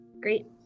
great